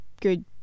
good